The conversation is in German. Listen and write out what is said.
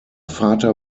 vater